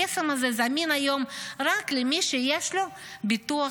הקסם הזה זמין היום רק למי שיש לו ביטוח